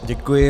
Děkuji.